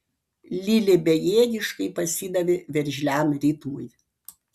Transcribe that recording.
lilė bejėgiškai pasidavė veržliam ritmui